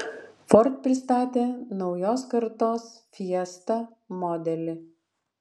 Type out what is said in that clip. ford pristatė naujos kartos fiesta modelį